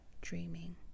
dreaming